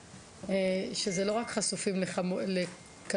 שזה לא רק חשופים לכדורים,